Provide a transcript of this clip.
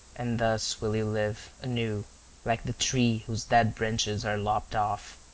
and thus will you live anew like the tree whose dead branches are lopped off,